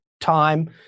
time